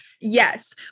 Yes